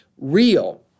real